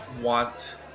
want